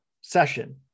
session